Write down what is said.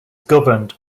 governed